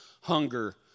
hunger